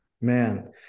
Man